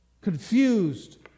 confused